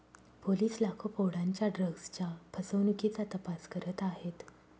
police लाखो पौंडांच्या ड्रग्जच्या फसवणुकीचा तपास करत आहेत